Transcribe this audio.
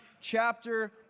chapter